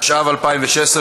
התשע"ו 2016,